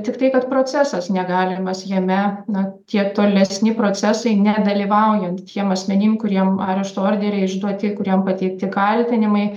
tiktai kad procesas negalimas jame na tie tolesni procesai nedalyvaujant tiem asmenim kuriem arešto orderiai išduoti kuriem pateikti kaltinimai